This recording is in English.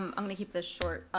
um i'm gonna keep this short.